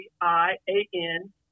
I-A-N